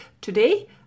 today